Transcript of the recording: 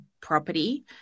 property